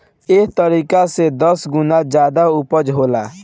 एह तरीका से दस गुना ज्यादे ऊपज होता